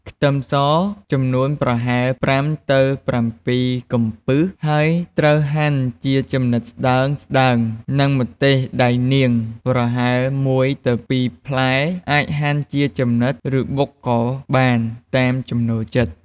ខ្ទឹមស ចំនួនប្រហែល ៥ទៅ៧ កំពឹស ហើយត្រូវហាន់ជាចំណិតស្តើងៗ និងម្ទេសដៃនាង ប្រហែល១ ទៅ ២ផ្លែ អាចហាន់ជាចំណិត ឬបុកក៏បាន តាមចំណូលចិត្ត។